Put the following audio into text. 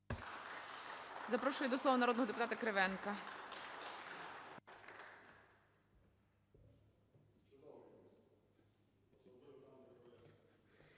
запрошую до слова народного депутата Єгора